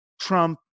Trump